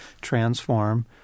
transform